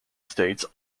states